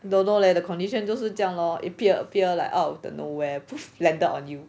don't know leh the condition 就是这样 lor it appear appear like out of the nowhere poof landed on you or